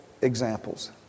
examples